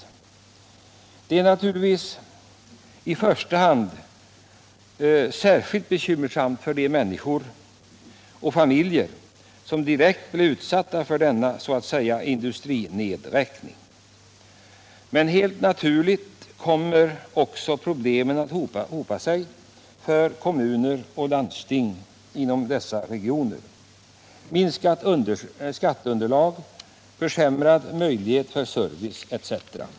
Försörjningsbered Det är naturligtvis i första hand särskilt bekymmersamt för de män = skapen på tekoom niskor — och de familjer — som direkt blir utsatta för denna ”industrinedräkning”. Men helt naturligt kommer också problemen att hopa sig över kommuner och landsting inom dessa regioner — minskat skatteunderlag, försämrad möjlighet för service, etc.